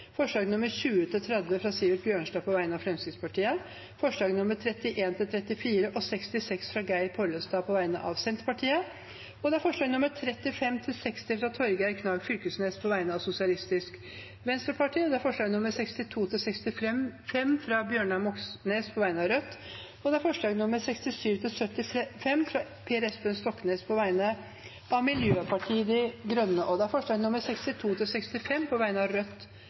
fra Sivert Bjørnstad på vegne av Fremskrittspartiet forslagene nr. 31–34 og 66, fra Geir Pollestad på vegne av Senterpartiet forslagene nr. 35–60, fra Torgeir Knag Fylkesnes på vegne av Sosialistisk Venstreparti forslagene nr. 62–65, fra Bjørnar Moxnes på vegne av Rødt forslagene nr. 67–75, fra Per Espen Stoknes på vegne av Miljøpartiet De Grønne Det voteres over forslagene nr. 62–65, fra Rødt. Forslag nr. 62